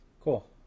cool